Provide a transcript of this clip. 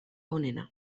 onena